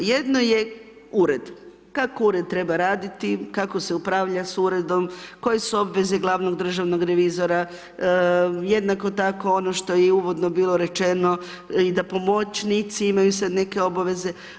Jedno je Ured, kako Ured treba radit, kako se upravlja s Uredom, koje su obveze glavnog državnog revizora, jednako tako ono što je i uvodno bilo rečeno, i da pomoćnici imaju sad neke obaveze.